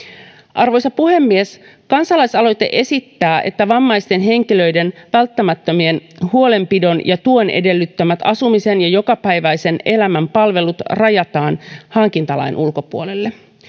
arvoisa puhemies kansalaisaloite esittää että vammaisten henkilöiden välttämättömän huolenpidon ja tuen edellyttämät asumisen ja jokapäiväisen elämän palvelut rajataan hankintalain ulkopuolelle